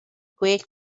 gwell